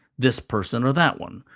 this person or that one,